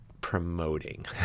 promoting